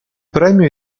premio